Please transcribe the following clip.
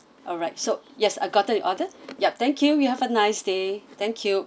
alright so yes I gotten your order yup thank you you have a nice day thank you